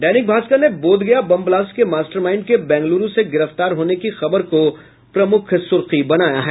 दैनिक भास्कर ने Bodhgaya bomb blast के mastermind के बेंगलुरू से गिरफ्तार होने की खबर को सुर्खी बनाया है